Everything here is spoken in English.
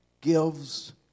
gives